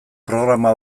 programa